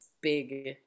big